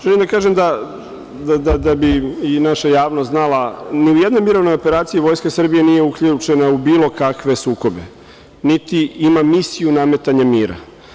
Želim da kažem, da bi i naša javnost znala, ni u jednoj mirovnoj operaciji Vojska Srbije nije uključena u bilo kakve sukobe, niti ima misiju nametanja mira.